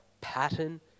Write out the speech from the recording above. pattern